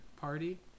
party